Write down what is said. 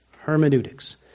Hermeneutics